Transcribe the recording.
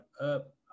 up